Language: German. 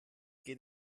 geht